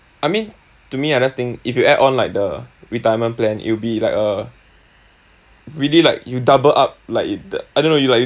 I mean to me ah that's the thing if you add on like the retirement plan it'll be like a really like you double up like it I don't know you like you